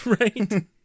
right